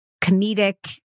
comedic